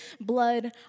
blood